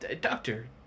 Doctor